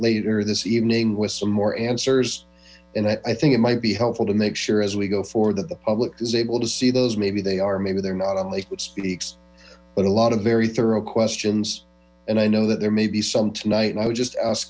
later this evening with some more answers and i think it might be helpful to make sure as we go forward that the public is able to see those maybe they are maybe they're not unlike what speaks but a lot of very thorough questions and i know that there may be some tonight and i would just ask